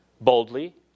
boldly